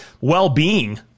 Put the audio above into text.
well-being